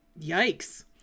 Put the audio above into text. Yikes